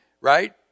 Right